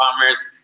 commerce